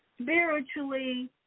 spiritually